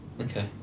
Okay